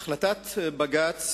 החלטת בג"ץ